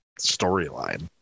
storyline